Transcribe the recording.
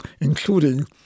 including